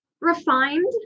refined